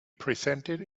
presented